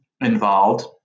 involved